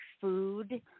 food